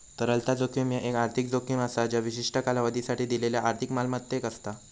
तरलता जोखीम ह्या एक आर्थिक जोखीम असा ज्या विशिष्ट कालावधीसाठी दिलेल्यो आर्थिक मालमत्तेक असता